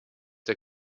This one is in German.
der